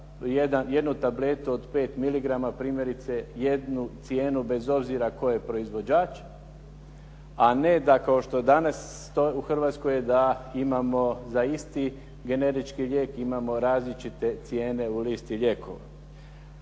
jednu tabletu od 5 mg, primjerice jednu cijenu bez obzira tko je proizvođač, a ne da kao što danas u Hrvatskoj je da imamo za isti generički lijek imamo različite cijene u listi lijekova.